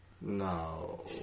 No